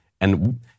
And-